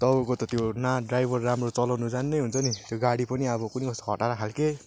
तपाईँको त त्यो न ड्राइभर राम्रो चलाउनु जान्ने हुन्छ नि त्यो गाडी पनि अब कुन्नि कस्तो खटारा खालके